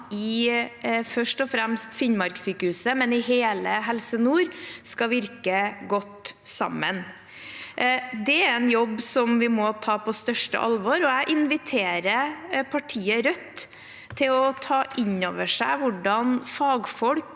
Finnmarkssykehuset, men også i hele Helse Nord skal virke godt sammen. Det er en jobb vi må ta på største alvor. Jeg inviterer partiet Rødt til å ta inn over seg hvordan fagfolk